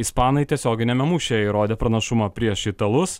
ispanai tiesioginiame mūšyje įrodė pranašumą prieš italus